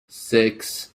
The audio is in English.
six